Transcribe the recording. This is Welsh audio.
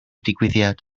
digwyddiad